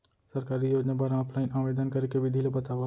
सरकारी योजना बर ऑफलाइन आवेदन करे के विधि ला बतावव